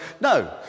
No